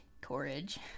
courage